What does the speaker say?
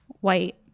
White